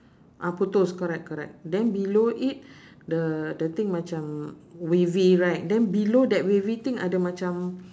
ah putus correct correct then below it the the thing macam wavy right then below that wavy thing ada macam